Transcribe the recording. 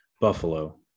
Buffalo